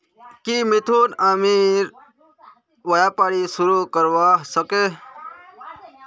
की मिथुन आमेर व्यापार शुरू करवार छेक